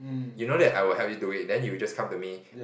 you know that I will help you do it then you just come to me